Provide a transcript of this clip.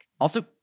Also-